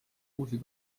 uusi